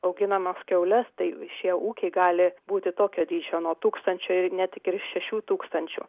auginamas kiaules tai šie ūkiai gali būti tokio dydžio nuo tūkstančio net iki ir šešių tūkstančių